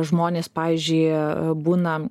žmonės pavyzdžiui būna